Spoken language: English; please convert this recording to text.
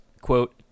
quote